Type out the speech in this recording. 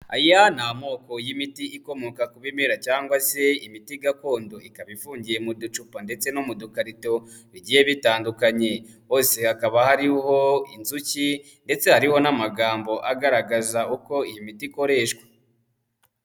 Aya ni amoko y'imiti ikomoka ku bimera cyangwa se imiti gakondo, ikaba ifungiye mu ducupa ndetse no mu dukarito bigiye bitandukanye, hose hakaba hariho inzuki ndetse hariho n'amagambo agaragaza uko iyi miti ikoreshwa.